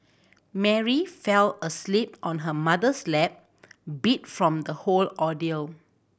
Mary fell asleep on her mother's lap beat from the whole ordeal